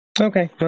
Okay